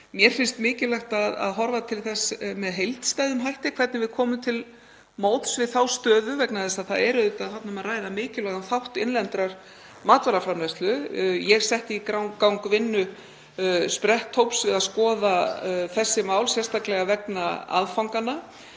Mér finnst mikilvægt að horfa til þess með heildstæðum hætti hvernig við komum til móts við þá stöðu vegna þess að þarna er auðvitað um að ræða mikilvægan þátt innlendrar matvælaframleiðslu. Ég setti í gang vinnu spretthóps við að skoða þessi mál sérstaklega vegna aðfanganna